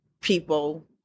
people